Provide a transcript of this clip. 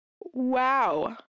Wow